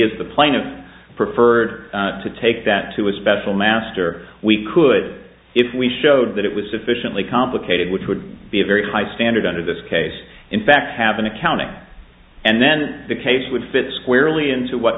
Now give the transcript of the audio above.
have the plaintiff preferred to take that to a special master we could if we showed that it was sufficiently complicated which would be a very high standard under this case in fact have an accounting and then the case would fit squarely into what